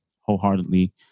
wholeheartedly